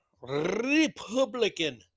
Republican